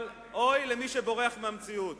אבל אוי למי שבורח מהמציאות.